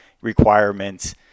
requirements